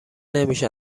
نمیشه